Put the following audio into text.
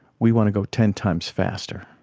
we want to go ten times faster.